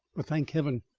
but, thank heaven!